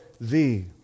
Thee